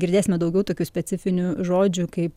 girdėsime daugiau tokių specifinių žodžių kaip